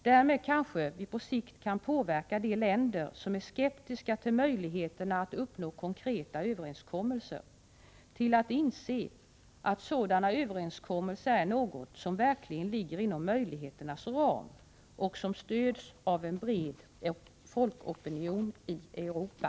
Därmed kanske vi på sikt kan påverka de länder som är skeptiska till möjligheterna att uppnå konkreta överenskommelser till att inse att sådana överenskommelser är något som verkligen ligger inom möjligheternas ram och som stöds av en bred folkopinion i Europa.